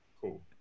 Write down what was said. Cool